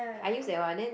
I use that one then